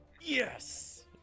Yes